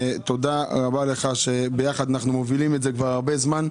תודה רבה לך שביחד אנחנו מובילים את זה כבר הרבה זמן.